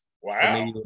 Wow